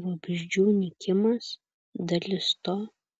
vabzdžių nykimas dalis to